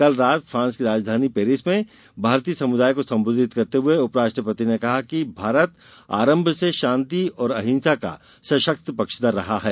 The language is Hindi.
कल रात फांस की राजधानी पेरिस में भारतीय समुदाय को संबोधित करते हुए उपराष्ट्रपति ने कहा कि भारत आरंभ से शांति और अहिंसा का सशक्त पक्षधर रहा है